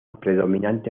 predominante